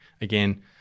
again